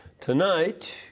Tonight